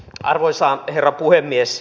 arvoisa herra puhemies